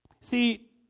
See